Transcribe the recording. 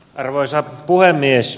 arvoisa puhemies